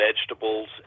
vegetables